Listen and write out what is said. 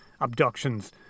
abductions